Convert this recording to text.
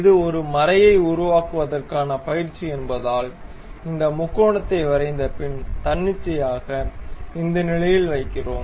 இது ஒரு மறையை உருவாக்குவதற்க்கான பயிற்சி என்பதால் இந்த முக்கோணத்தை வரைந்த பின் தன்னிச்சையாக இந்த நிலையில் வைக்கிறோம்